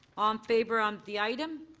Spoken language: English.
um favor on the item.